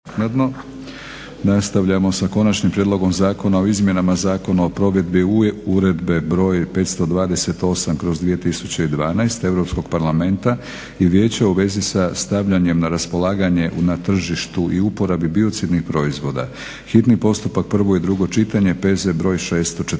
Nastavljamo sa - Konačni prijedlog zakona o izmjenama Zakona o provedbi Uredbe (EU) br. 528/2012 Europskoga parlamenta i Vijeća u vezi sa stavljanjem na raspolaganje na tržištu i uporabi biocidnih proizvoda, hitni postupak, prvo i drugo čitanje, P.Z. br. 649;